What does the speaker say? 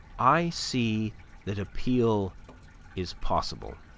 i see that appeal is possible,